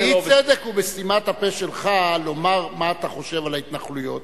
האי-צדק הוא בסתימת הפה שלך לומר מה אתה חושב על ההתנחלויות.